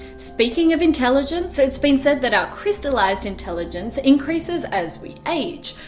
speaking of intelligence, it's been said that our crystallized intelligence increases as we age,